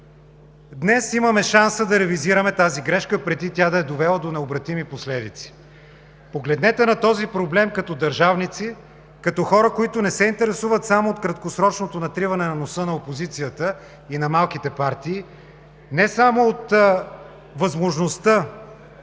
Днес имаме шанса да ревизираме тази грешка преди тя да е довела до необратими последици. Погледнете на този проблем като държавници, като хора, които не се интересуват само от краткосрочното натриване на носа на опозицията и на малките партии, не само от възможността